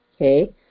okay